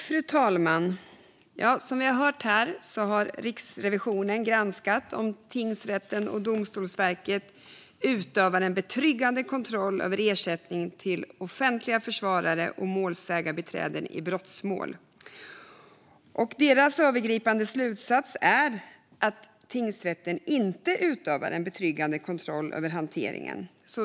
Fru talman! Som vi har hört här har Riksrevisionen granskat om tingsrätterna och Domstolsverket utövar en betryggande kontroll över hanteringen av ersättning till offentliga försvarare och målsägarbiträden i brottmål. Deras övergripande slutsats är att tingsrätterna inte utövar en betryggande kontroll över hanteringen.